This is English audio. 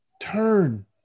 turn